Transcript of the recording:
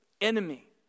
enemy